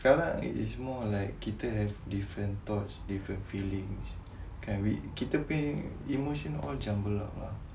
sekarang is more like kita have different thoughts different feelings kita punya emotions all jumble up